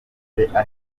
rikaba